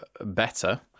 better